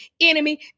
enemy